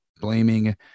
blaming